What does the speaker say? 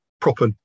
proper